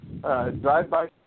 Drive-by